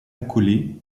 accolés